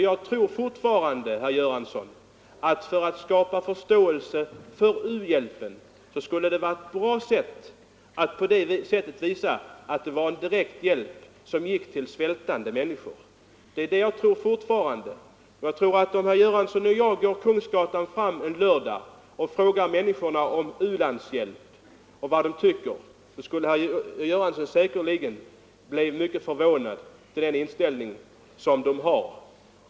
Jag tror fortfarande, herr Göransson, att en sådan satsning skulle skapa förståelse för u-hjälpen genom att visa att den blir till direkt hjälp för svältande människor. Om herr Göransson och jag skulle gå Kungsgatan fram en lördag och fråga människorna där vad de tycker om u-landshjälpen, skulle herr Göransson säkerligen bli mycket förvånad över deras inställning till denna.